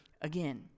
again